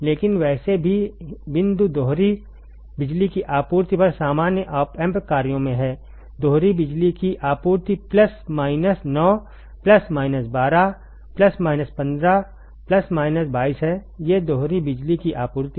लेकिन वैसे भी बिंदु दोहरी बिजली की आपूर्ति पर सामान्य ऑप एम्प कार्यों में है दोहरी बिजली की आपूर्ति plus minus 9 plus minus 12 plus minus 15 plus minus 22 है ये दोहरी बिजली की आपूर्ति हैं